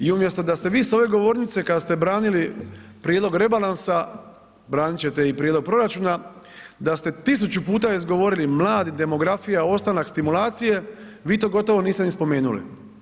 I umjesto da ste vi s ove govornice kad ste branili prijedlog rebalansa, branit ćete i prijedlog proračuna, da ste tisuću puta izgovorili mladi, demografija, ostanak stimulacije, vi to gotovo niste ni spomenuli.